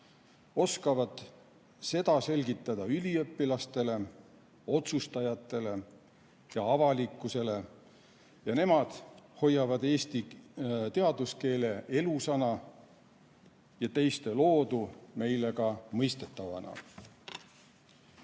oskavad seda selgitada üliõpilastele, otsustajatele ja avalikkusele. Ja nemad hoiavad eesti teaduskeele elusana ja teiste loodu meilegi mõistetavana.